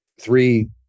three